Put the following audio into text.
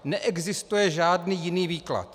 Neexistuje žádný jiný výklad.